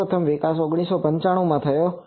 પ્રથમનો વિકાસ 1995 માં થયો હતો